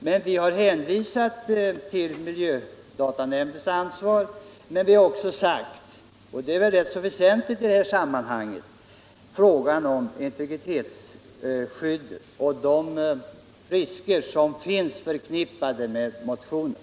Vi har emellertid hänvisat till miljödatanämndens ansvar, och vi har också tagit upp — och det är ganska väsentligt i det här sammanhanget — frågan om integritetsskyddet och pekat på de risker i det avseendet som finns förknippade med förslaget i motionen.